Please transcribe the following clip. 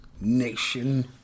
Nation